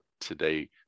today